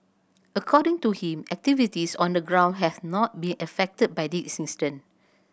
according to him activities on the ground have not been affected by this incident